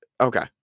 Okay